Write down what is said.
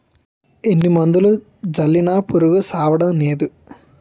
ఎన్ని మందులు జల్లినా పురుగు సవ్వడంనేదు